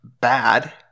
bad